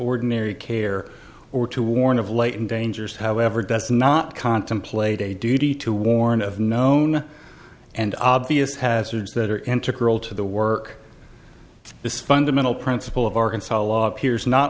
ordinary care or to warn of latent dangers however does not contemplate a duty to warn of known and obvious hazards that are integral to the work this fundamental principle of arkansas